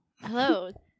Hello